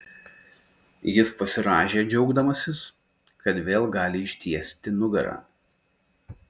jis pasirąžė džiaugdamasis kad vėl gali ištiesti nugarą